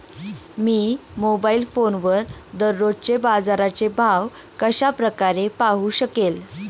मी mobile फोनवर दररोजचे बाजाराचे भाव कशा प्रकारे पाहू शकेल?